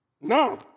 No